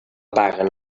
paguen